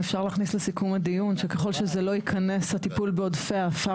אם אפשר להכניס לסיכום הדיון שככל שזה לא ייכנס הטיפול בעודפי העפר,